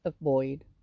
avoid